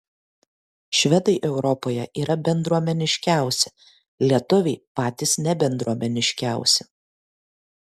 švedai europoje yra bendruomeniškiausi lietuviai patys nebendruomeniškiausi